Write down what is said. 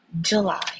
July